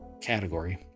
category